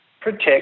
protect